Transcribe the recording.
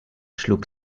schlug